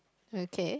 okay